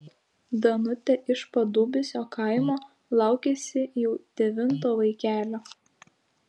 danutė iš padubysio kaimo laukiasi jau devinto vaikelio